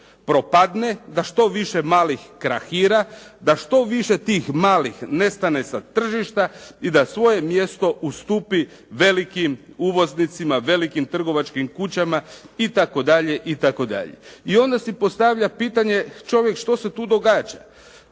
propadne, da što više malih krahira, da što više tih malih nestane sa tržišta i da svoje mjesto ustupi velikim uvoznicima, velikim trgovačkim kućama itd. I onda si postavlja pitanje čovjek što se tu događa.